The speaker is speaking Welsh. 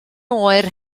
oer